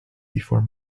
before